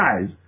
guys